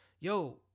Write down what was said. yo